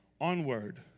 onward